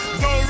go